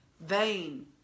Vain